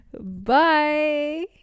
Bye